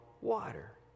water